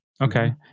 Okay